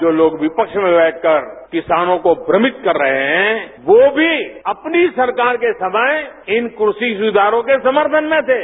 जो लोग विफ्स में बैठकर किसानों को भ्रमित कर रहे हैं वो भी अपनी सरकार के समय इन कृषि सुधारों के समर्थन में थे